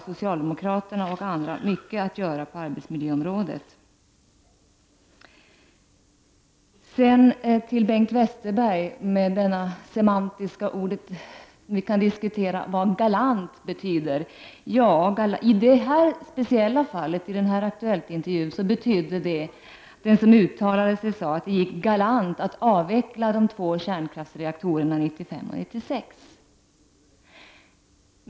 Socialdemokraterna och andra har mycket att göra på arbetsmiljöområdet. Sedan till Bengt Westerberg som talade om det semantiska i ordet galant. Vi kan diskutera vad galant betyder. I det här speciella fallet i Aktuellt-intervjun sade den som uttalade sig att det gick galant att avveckla två kärnkraftreaktorer 1995 och 1996.